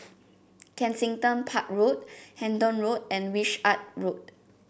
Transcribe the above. Kensington Park Road Hendon Road and Wishart Road